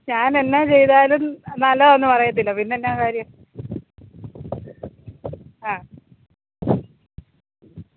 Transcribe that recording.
ഞാൻ എന്നാ ചെയ്താലും നല്ലതൊന്നും പറയത്തില്ല പിന്നെ എന്താ കാര്യം അ